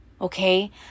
okay